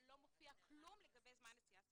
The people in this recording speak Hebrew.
לא מופיע כלום לגבי זמן נסיעה סביר.